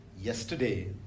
yesterday